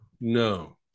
No